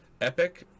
Epic